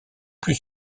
plus